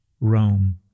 Rome